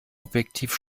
objektiv